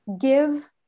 give